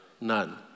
None